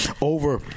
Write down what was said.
over